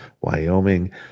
Wyoming